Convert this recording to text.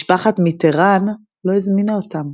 משפחת מיטראן לא הזמינה אותם.